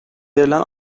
verilen